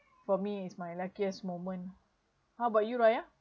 for me is my luckiest moment how about you raya